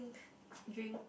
drink